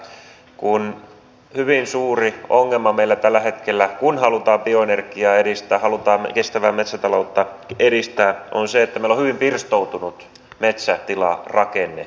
kysyisin oikeastaan ministeriltä sitä kun hyvin suuri ongelma meillä tällä hetkellä kun halutaan bioenergiaa edistää halutaan kestävää metsätaloutta edistää on se että meillä on hyvin pirstoutunut metsätilarakenne